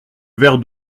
verre